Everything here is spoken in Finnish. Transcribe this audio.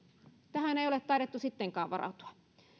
tähän ei ole taidettu sittenkään varautua